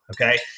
Okay